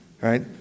right